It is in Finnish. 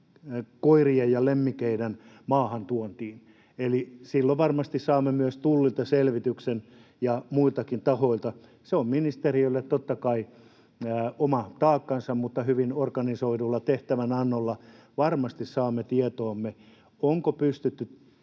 koirien ja lemmikkien maahantuontiin. Silloin varmasti saamme myös Tullilta ja muiltakin tahoilta selvityksen. Se on ministeriölle totta kai oma taakkansa, mutta hyvin organisoidulla tehtävänannolla varmasti saamme tietoomme, onko pystytty